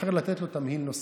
בוחר לתת לו תמהיל נוסף.